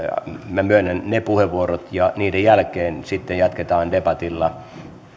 minä myönnän ne puheenvuorot ja niiden jälkeen sitten jatketaan debatilla